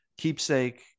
keepsake